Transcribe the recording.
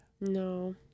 No